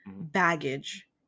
baggage